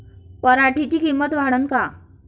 पराटीची किंमत वाढन का?